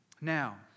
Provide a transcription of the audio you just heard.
Now